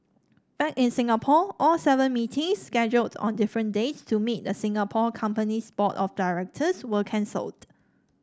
back in Singapore all seven meetings scheduled on different dates to meet the Singapore company's board of directors were cancelled